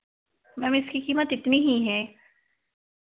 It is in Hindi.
मैम इसकी कीमत इतनी ही है